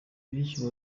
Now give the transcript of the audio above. bityo